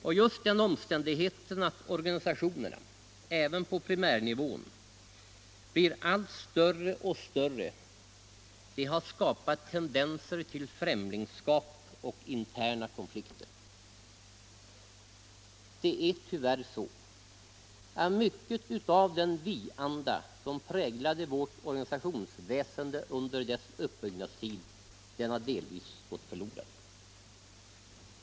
Och just den omständigheten att organisationerna även på primärnivån har blivit allt större har skapat tendenser till främlingskap och interna konflikter. Det är tyvärr så att mycket av den vi-anda som präglade vårt organisationsväsende under dess uppbyggnadstid delvis har gått förlorad.